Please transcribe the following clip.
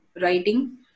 writing